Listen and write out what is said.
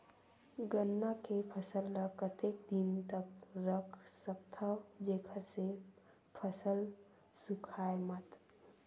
गन्ना के फसल ल कतेक दिन तक रख सकथव जेखर से फसल सूखाय मत?